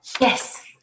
Yes